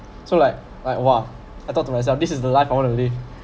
so like like !wah! I talk to myself this is the life I want to live